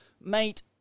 Mate